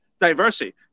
diversity